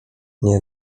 nie